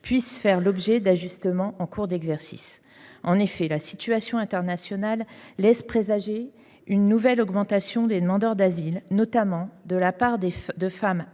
puisse faire l’objet d’ajustements en cours d’exercice. La situation internationale laisse en effet présager une nouvelle augmentation du nombre de demandes d’asile, notamment de la part de femmes